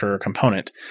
component